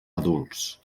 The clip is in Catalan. adults